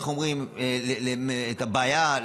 את הבעיה,